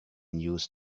news